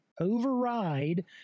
override